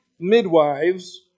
midwives